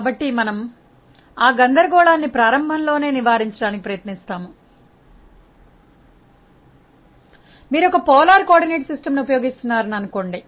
కాబట్టి మనము ఆ గందరగోళాన్ని ప్రారంభంలో నే నివారించడానికి ప్రయత్నిస్తాము మీరు ఒక ధ్రువ సమన్వయ వ్యవస్థను ఉపయోగిస్తున్నారని అనుకోండి